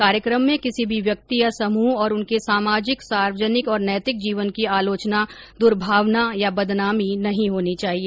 कार्यक्रम में किसी भी व्यक्ति या समूह और उनके सामाजिक सार्वजनिक और नैतिक जीवन की आलोचना दुर्भावना या बदनामी नहीं होनी चाहिए